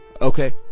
Okay